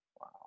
Wow